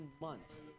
months